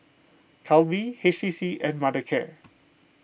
Calbee H T C and Mothercare